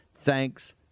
Thanks